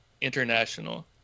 international